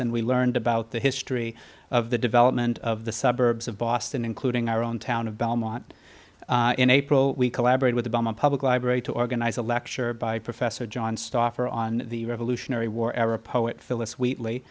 and we learned about the history of the development of the suburbs of boston including our own town of belmont in april we collaborate with the bomb a public library to organize a lecture by professor john stauffer on the revolutionary war era poet phillis wheatl